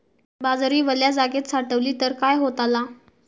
बाजरी वल्या जागेत साठवली तर काय होताला?